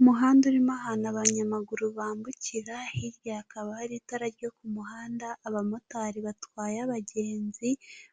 Umuhanda urimo ahantu abanyamaguru bambukira, hirya hakaba hari itara ryo ku muhanda, abamotari batwaye abagenzi